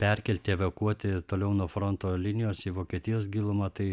perkelti evakuoti toliau nuo fronto linijos į vokietijos gilumą tai